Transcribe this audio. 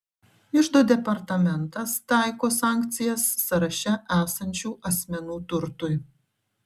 iždo departamentas taiko sankcijas sąraše esančių asmenų turtui